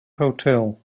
hotel